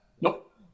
Nope